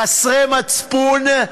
חסרי מצפון?